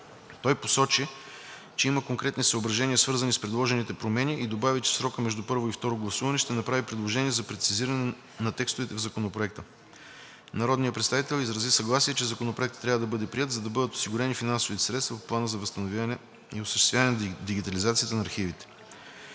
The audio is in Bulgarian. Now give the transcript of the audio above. Той посочи, че има конкретни съображения, свързани с предложените промени, и добави, че в срока между първо и второ гласуване ще направи предложения за прецизиране на текстовете в Законопроекта. Народният представител изрази съгласие, че Законопроектът трябва да бъде приет, за да бъдат осигурени финансовите средства по Плана за възстановяване и осъществяване на дигитализацията на архивите.